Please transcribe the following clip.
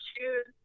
choose